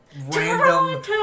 random